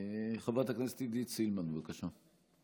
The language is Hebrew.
חברת הכנסת עידית סילמן, בבקשה.